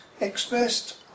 expressed